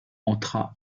entra